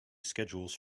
schedules